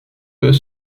peut